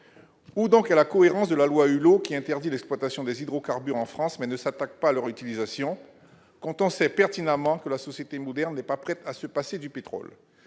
Où donc est la cohérence de la loi Hulot, qui interdit l'exploitation des hydrocarbures en France, mais ne s'attaque pas à leur utilisation, quand on sait pertinemment que la société moderne n'est pas prête à se passer du pétrole ?